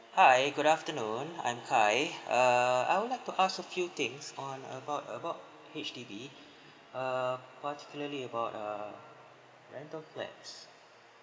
hi good afternoon I'm khai err I would like to ask a few things on about about H_D_B err particularly about err rental flats